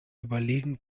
überlegen